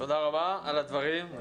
תודה רבה על הדברים.